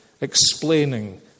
explaining